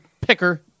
picker